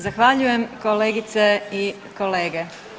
Zahvaljujem kolegice i kolege.